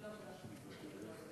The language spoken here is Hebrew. לא תודה.